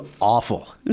awful